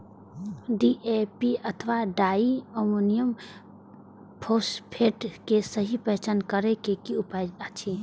DAP अथवा diammonium phosphate के सहि पहचान करे के कि उपाय अछि?